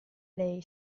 lei